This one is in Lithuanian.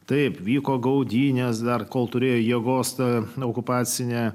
taip vyko gaudynės dar kol turėjo jėgos tą nu okupacinę